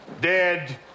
dead